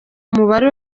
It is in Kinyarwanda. umubare